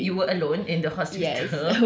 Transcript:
you were alone in the hospital